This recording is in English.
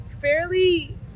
fairly